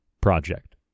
Project